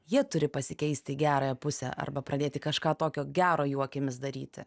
jie turi pasikeisti į gerąją pusę arba pradėti kažką tokio gero jų akimis daryti